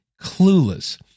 clueless